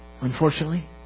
unfortunately